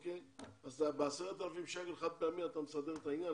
אז ב-10,000 שקל חד-פעמי אתה מסדר את העניין?